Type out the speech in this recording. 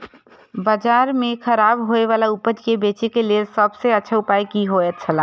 बाजार में खराब होय वाला उपज के बेचे के लेल सब सॉ अच्छा उपाय की होयत छला?